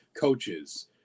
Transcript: coaches